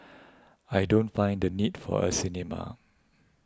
I don't find the need for a cinema